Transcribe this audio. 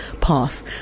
path